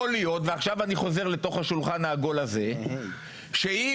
אנשים בתוך המשפחה שלי שהצביעו לגוש הזה שלכם, הם